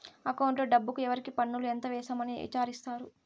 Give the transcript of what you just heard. అకౌంట్లో డబ్బుకు ఎవరికి పన్నులు ఎంత వేసాము అని విచారిత్తారు